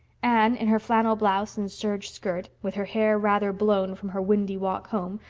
anne, in her flannel blouse and serge skirt, with her hair rather blown from her windy walk home,